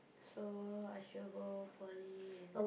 so I sure go Poly and